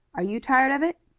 are you tired of it?